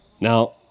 Now